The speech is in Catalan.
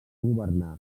governar